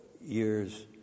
year's